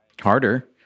harder